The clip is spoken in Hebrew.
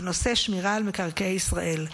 בנושא שמירה על מקרקעי ישראל.